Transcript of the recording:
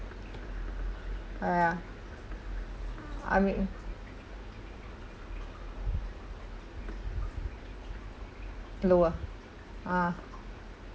oh ya I mean lower ah